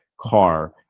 car